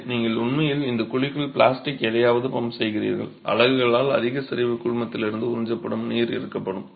எனவே நீங்கள் உண்மையில் இந்த குழிக்குள் பிளாஸ்டிக் எதையாவது பம்ப் செய்கிறீர்கள் அலகுகளால் அதிக சரிவு கூழ்மத்திலிருந்து உறிஞ்சப்படும் நீர் இருக்கும்